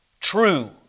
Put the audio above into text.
true